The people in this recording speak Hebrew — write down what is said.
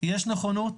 יש נכונות,